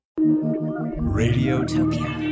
Radiotopia